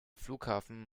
flughafen